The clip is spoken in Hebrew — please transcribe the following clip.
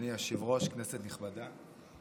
אדוני היושב-ראש, כנסת נכבדה,